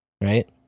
right